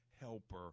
helper